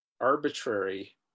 arbitrary